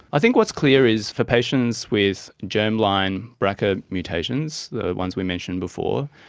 i think what's clear is for patients with germline brca mutations, the ones we mentioned before,